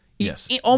Yes